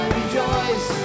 rejoice